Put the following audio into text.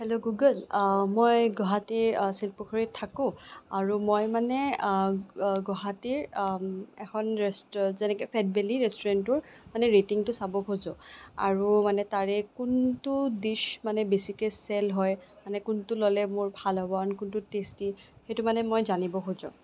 হেল' Google মই গুৱাহাটী শিলপুখুৰীত থাকোঁ আৰু মই মানে গু গুৱাহাটীৰ এখন ৰেষ্টু যেনেকে ফেটবেলি ৰেষ্টুৰেন্টটোৰ মানে ৰেটিংটো চাব খোজোঁ আৰু মানে তাৰে কোনটো দিচ্ মানে বেছিকৈ ছেল হয় মানে কোনটো ল'লে মোৰ ভাল হ'ব আৰু কোনটো টেষ্টি সেইটো মানে মই জানিব খোজোঁ